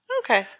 Okay